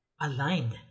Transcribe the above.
aligned